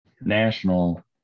national